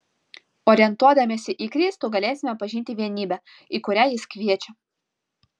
orientuodamiesi į kristų galėsime pažinti vienybę į kurią jis kviečia